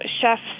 chefs